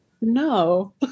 No